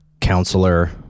counselor